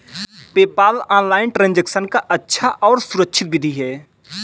PayPal online transaction का अच्छा और सुरक्षित विधि है